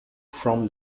from